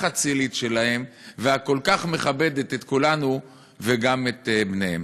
אצילית שלהן והכל-כך מכבדת את כולנו וגם את בניהן?